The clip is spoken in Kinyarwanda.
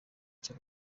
icyo